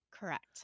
Correct